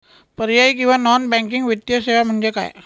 पर्यायी किंवा non banking वित्तीय सेवा म्हणजे काय?